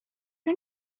you